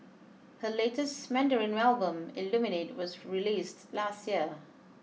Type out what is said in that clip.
her latest Mandarin album Illuminate was released last year